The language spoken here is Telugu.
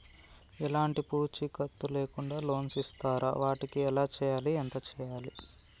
ఎలాంటి పూచీకత్తు లేకుండా లోన్స్ ఇస్తారా వాటికి ఎలా చేయాలి ఎంత చేయాలి?